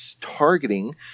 targeting